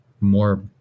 more